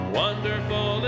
wonderful